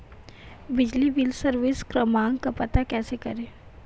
बिजली bill service क्रमांक का पता कैसे करें?